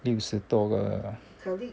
六十多个 ah